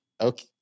okay